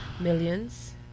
Millions